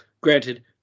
granted